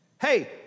hey